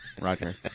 Roger